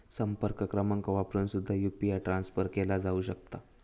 संपर्क क्रमांक वापरून सुद्धा यू.पी.आय ट्रान्सफर केला जाऊ शकता